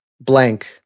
blank